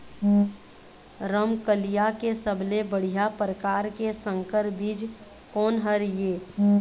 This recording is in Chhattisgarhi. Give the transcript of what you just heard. रमकलिया के सबले बढ़िया परकार के संकर बीज कोन हर ये?